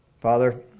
Father